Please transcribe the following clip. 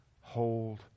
hold